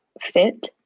fit